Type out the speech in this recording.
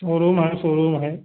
showroom है showroom है